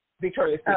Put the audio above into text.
Victoria